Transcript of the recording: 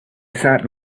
sat